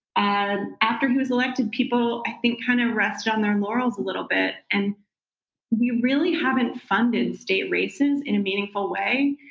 and after he was elected, people i think kind of rest on their laurels a little bit. and we really haven't funded state races in a meaningful way,